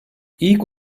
i̇lk